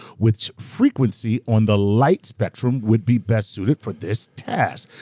which frequency on the light spectrum would be best suited for this task?